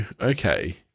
okay